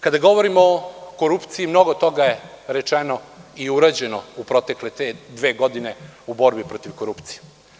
Kada govorimo o korupciji, mnogo toga je rečeno i urađeno u protekle dve godine u borbi protiv korupcije.